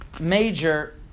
major